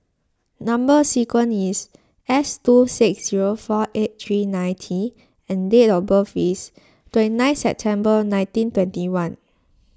Number Sequence is S two six zero four eight three nine T and date of birth is twenty nine September nineteen twenty one